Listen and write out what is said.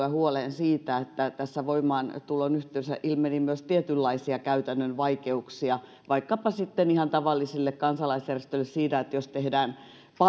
ja huoleen siitä että tässä voimaantulon yhteydessä ilmeni myös tietynlaisia käytännön vaikeuksia vaikkapa sitten ihan tavallisille kansalaisjärjestöille siitä että jos tehdään